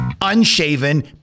unshaven